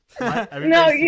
No